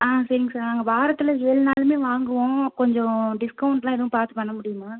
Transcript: ஆ சரிங்க சார் நாங்கள் வாரத்தில் ஏழு நாளுமே வாங்குவோம் கொஞ்சம் டிஸ்கவுண்ட்லாம் எதுவும் பார்த்து பண்ண முடியுமா